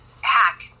hack